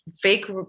fake